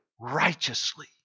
righteously